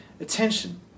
attention